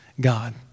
God